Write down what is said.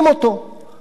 אתה משומד,